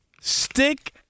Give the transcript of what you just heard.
stick